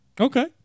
Okay